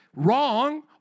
wrong